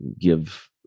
give